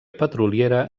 petroliera